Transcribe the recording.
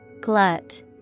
Glut